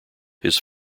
his